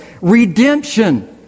redemption